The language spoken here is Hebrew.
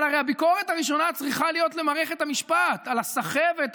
אבל הרי הביקורת הראשונה צריכה להיות למערכת המשפט על הסחבת,